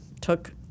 took